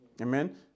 Amen